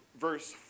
verse